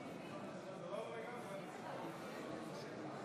נגד, ולכן אני קובע שההסתייגות